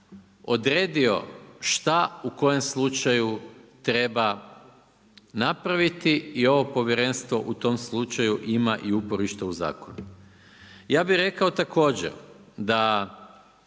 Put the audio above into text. odredio šta u kojem slučaju treba napraviti i ovo povjerenstvo u tom slučaju ima i uporište u zakonu. Ja bi rekao također da